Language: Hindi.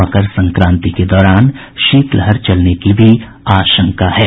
मकर संक्रांति के दौरान शीतलहर चलने की भी आशंका जतायी गई है